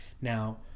now